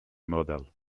model